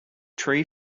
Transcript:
tree